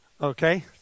Okay